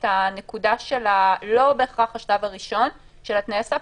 לא בהכרח את השלב הראשון של תנאי הסף.